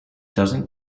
doesn’t